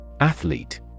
Athlete